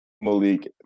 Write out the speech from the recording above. Malik